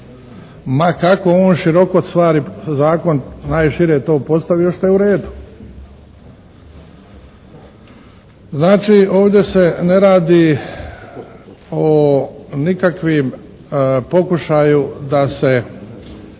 ma kako on široko stvari, zakon najšire to postavio što je uredu. Znači, ovdje se ne radi o nikakvim pokušaju da se